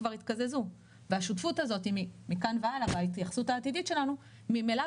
כבר התקזזו והשותפות הזאת מכאן והלאה וההתייחסות העתידית שלנו ממילא